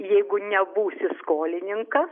jeigu nebūsi skolininkas